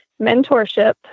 mentorship